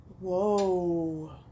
Whoa